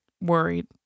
worried